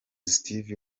steve